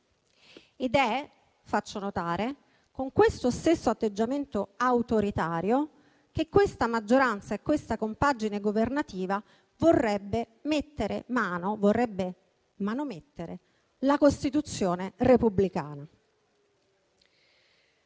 Faccio notare che è con questo stesso atteggiamento autoritario che questa maggioranza e questa compagine governativa vorrebbe mettere mano, vorrebbe manomettere, la Costituzione repubblicana.